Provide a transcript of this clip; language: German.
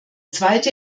zweite